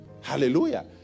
Hallelujah